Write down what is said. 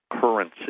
currency